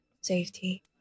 safety